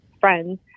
friends